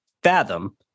fathom